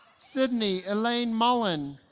sydney elaine mullen